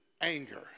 anger